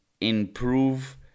improve